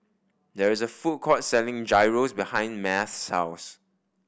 there is a food court selling Gyros behind Math's house